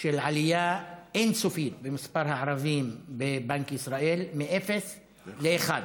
של עלייה אין-סופית במספר הערבים בבנק ישראל: מאפס לאחד.